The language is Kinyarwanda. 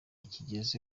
kigeze